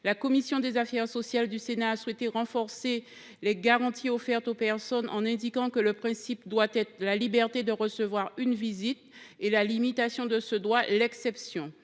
commission des affaires sociales a souhaité renforcer les garanties offertes à ces personnes en indiquant que le principe doit être la liberté de recevoir une visite et la limitation de ce droit l’exception.